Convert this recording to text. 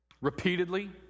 repeatedly